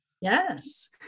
Yes